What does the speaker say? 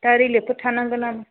दा रिलिफफोर थानांगोन नामा